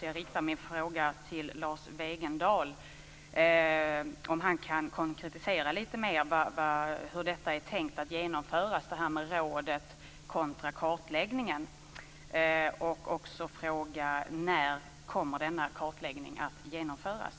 Jag riktar därför min fråga till Lars Wegendal, om han kan konkretisera lite mer hur detta är tänkt att genomföras - rådet kontra kartläggningen. Jag vill också fråga när denna kartläggning kommer att genomföras.